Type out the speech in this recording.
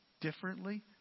differently